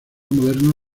moderna